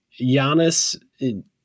Giannis